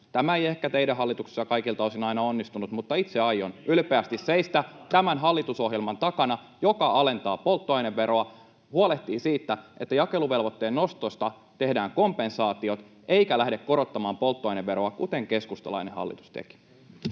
Tämä ei ehkä teidän hallituksessanne kaikilta osin aina onnistunut, mutta itse aion ylpeästi seistä [Jani Kokon välihuuto] tämän hallitusohjelman takana, joka alentaa polttoaineveroa, huolehtii siitä, että jakeluvelvoitteen nostosta tehdään kompensaatiot, eikä lähde korottamaan polttoaineveroa, kuten keskustalainen hallitus teki.